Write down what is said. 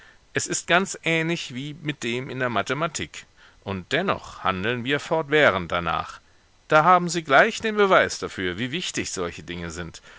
es ist ganz ähnlich wie mit dem in der mathematik und dennoch handeln wir fortwährend danach da haben sie gleich den beweis dafür wie wichtig solche dinge sind